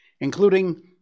including